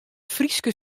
fryske